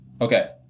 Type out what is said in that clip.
okay